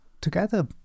together